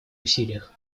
усилиях